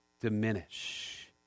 diminish